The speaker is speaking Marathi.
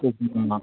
उप मा